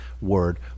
word